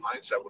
mindset